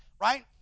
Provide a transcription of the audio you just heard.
right